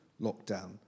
lockdown